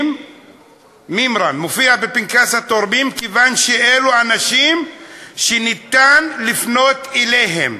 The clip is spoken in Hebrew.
מימרן מופיע בפנקס התורמים כיוון שאלו אנשים שניתן לפנות אליהם,